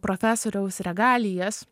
profesoriaus regalijas